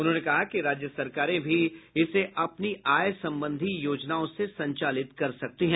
उन्होंने कहा कि राज्य सरकारें भी इसे अपनी आय संबंधी योजनाओं से संचालित कर सकती है